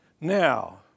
Now